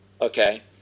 Okay